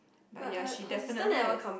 but ya she definitely has